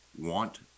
want